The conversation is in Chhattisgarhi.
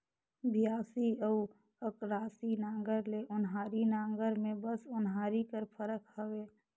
बियासी अउ अकरासी नांगर ले ओन्हारी नागर मे बस ओन्हारी कर फरक हवे